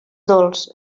dolç